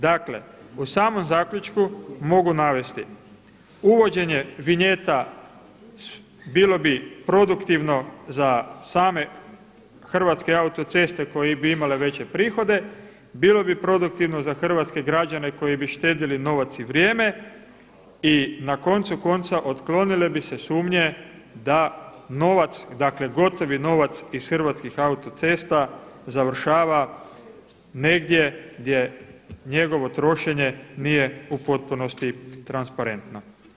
Dakle, u samom zaključku mogu navesti uvođenje vinjeta bilo bi produktivno za same Hrvatske autoceste koje bi imale veće prihode, bilo bi produktivno za hrvatske građane koji bi štedili novac i vrijeme i na koncu konca otklonile bi se sumnje da novac dakle gotovo novac iz Hrvatskih autocesta završava negdje gdje njegovo trošenje nije u potpunosti transparentno.